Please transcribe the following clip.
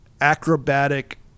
acrobatic